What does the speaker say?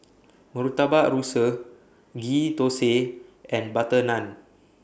Murtabak Rusa Ghee Thosai and Butter Naan